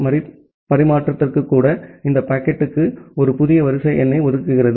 மறு பரிமாற்றத்திற்கு கூட இது பாக்கெட்டுக்கு ஒரு புதிய வரிசை எண்ணை ஒதுக்குகிறது